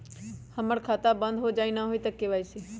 हमर खाता बंद होजाई न हुई त के.वाई.सी?